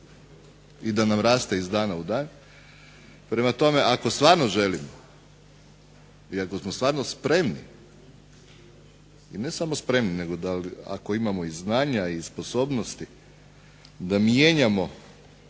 i da nam raste iz dana u dan, prema tome ako stvarno želimo i ako smo stvarno spremni i ne samo spremni nego ako imamo i znanja i sposobnosti da mijenjamo